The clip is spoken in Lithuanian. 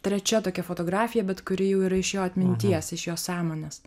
trečia tokia fotografija bet kuri jau yra iš jo atminties iš jo sąmonės